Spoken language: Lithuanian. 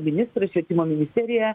ministras švietimo ministerija